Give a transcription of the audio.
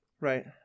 Right